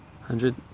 hundred